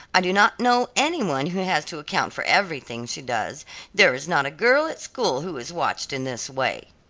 i do not know any one who has to account for everything she does there is not a girl at school who is watched in this way.